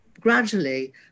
gradually